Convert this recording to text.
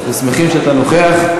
אנחנו שמחים שאתה נוכח.